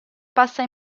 passa